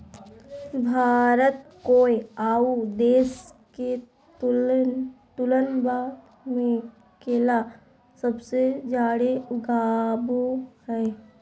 भारत कोय आउ देश के तुलनबा में केला सबसे जाड़े उगाबो हइ